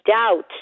doubt